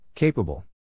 Capable